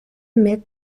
mid